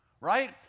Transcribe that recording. Right